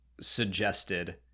suggested